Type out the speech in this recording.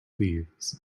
leaves